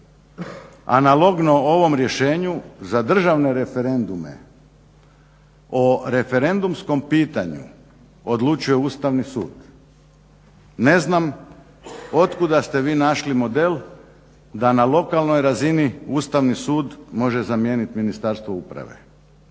Analogno ovom rješenju za državne referendume o referendumskom pitanju odlučuje Ustavni sud. Ne znam otkuda ste vi našli model da na lokalnoj razini Ustavni sud može zamijenit Ministarstvo uprave,